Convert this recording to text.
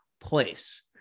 place